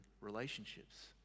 relationships